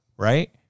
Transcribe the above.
right